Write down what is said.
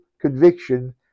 conviction